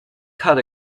cut